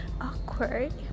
awkward